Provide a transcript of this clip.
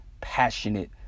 passionate